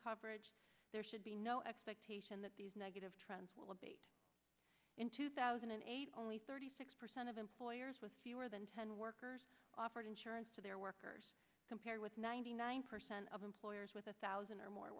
coverage there should be no expectation that these negative trends will be in two thousand and eight only thirty six percent of employers with fewer than ten workers offered insurance to their workers compared with ninety nine percent of employers with a thousand or more